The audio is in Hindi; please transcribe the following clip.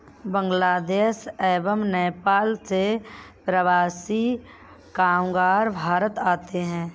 बांग्लादेश एवं नेपाल से प्रवासी कामगार भारत आते हैं